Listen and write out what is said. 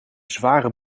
zware